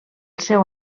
seu